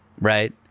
right